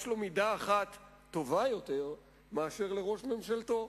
יש לו מידה אחת טובה יותר מאשר לראש ממשלתו,